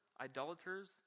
idolaters